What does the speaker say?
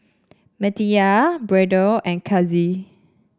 Matilda Brayden and Cassie